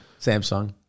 Samsung